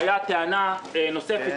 והייתה טענה נוספת,